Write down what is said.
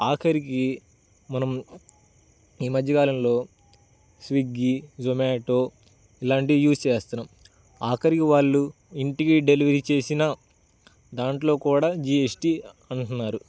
ఆఖరికి మనం ఈ మధ్య కాలంలో స్విగ్గీ జొమాటో ఇలాంటివి యూస్ చేస్తున్నాం ఆఖరికి వాళ్ళు ఇంటికి డెలివరీ చేసినా దానిలో కూడా జీ ఎస్ టీ అంటున్నారు